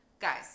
guys